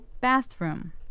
Bathroom